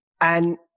And-